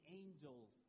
angels